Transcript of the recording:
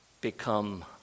become